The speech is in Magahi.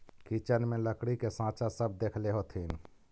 किचन में लकड़ी के साँचा सब देखले होथिन